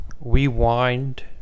rewind